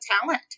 talent